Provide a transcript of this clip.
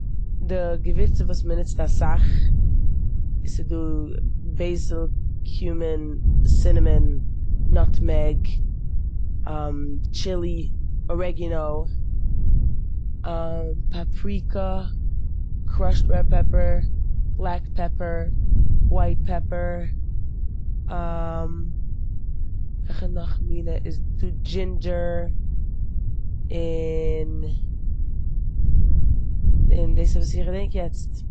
די געווירצן וואס מ'נוצט אסאך, ס'דא בעיסיל, קומין, סינעמין, נאטמעג, טשיל, ארעגינא, פאפריקע, קראשעד רעד פעפפער, בלעק פעפפער, ווייט פעפפער, וועלכע נאך מינע? ס'דא דשינדשער, און- און דאס איז וואס איך געדענק יעצט.